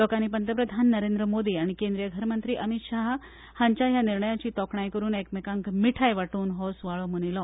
लोकांनी पंतप्रधान नरेंद्र मोदी आनी केंद्रीय घरमंत्री अमित शहा हांच्या या निर्णयाची तोखणाय करून एकमेकांक मिठाई वाटून हो सुवाळो मनयलो